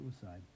suicide